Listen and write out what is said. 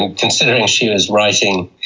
and considering she was writing